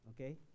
okay